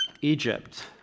Egypt